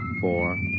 four